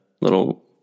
little